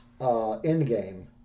Endgame